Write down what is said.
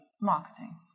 marketing